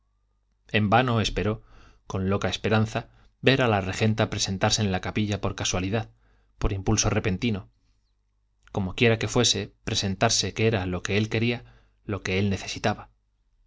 en vano esperó con loca esperanza ver a la regenta presentarse en la capilla por casualidad por impulso repentino como quiera que fuese presentarse que era lo que él quería lo que él necesitaba